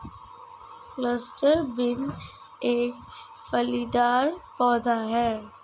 cluster bean एक फलीदार पौधा है